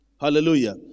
Hallelujah